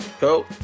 Go